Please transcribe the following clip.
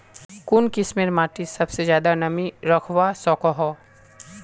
कुन किस्मेर माटी सबसे ज्यादा नमी रखवा सको हो?